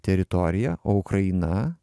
teritorija o ukraina